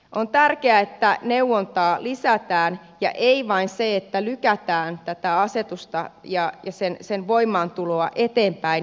on tärkeää että neuvontaa lisätään ja se että lykätään tätä asetusta ja sen voimaantuloa eteenpäin ei vain riitä